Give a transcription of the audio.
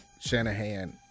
Shanahan